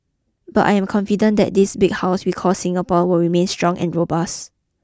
but I am confident that this big house we call Singapore will remain strong and robust